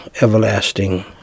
everlasting